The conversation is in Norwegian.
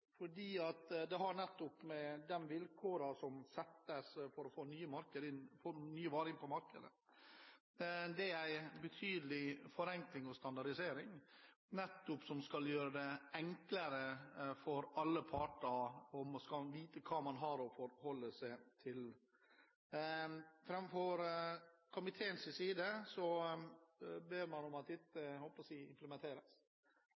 fordi det har å gjøre med de vilkårene som settes for å få nye varer inn på markedet. Det er en betydelig forenkling og standardisering, som skal gjøre det enklere for alle parter å vite hva man har å forholde seg til. Fra komiteens side ber man om at